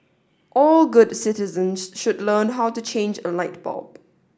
all good citizens should learn how to change a light bulb